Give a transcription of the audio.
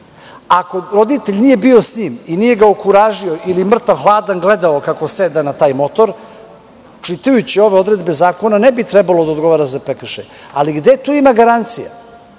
Ako roditelj nije bio s njim i nije ga okuražio ili mrtav hladan gledao kako seda na taj motor, čitajući ove odredbe zakona ne bi trebalo da odgovara za prekršaj. Ali, gde tu ima garancija?